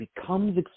becomes